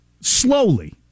Slowly